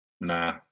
Nah